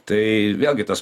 tai vėlgi tas